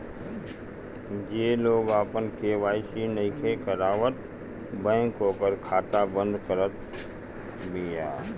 जे लोग आपन के.वाई.सी नइखे करावत बैंक ओकर खाता बंद करत बिया